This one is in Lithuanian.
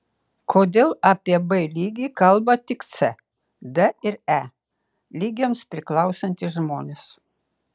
kodėl apie b lygį kalba tik c d ir e lygiams priklausantys žmonės